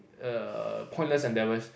err pointless endeavours